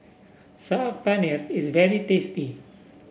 Saag Paneer is very tasty